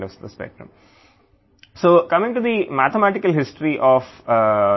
కాబట్టి ఇది స్పెక్ట్రం యొక్క మరొక ముగింపు అవుతుంది